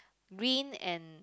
green and